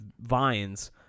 vines